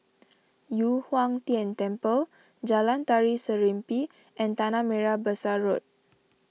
Yu Huang Tian Temple Jalan Tari Serimpi and Tanah Merah Besar Road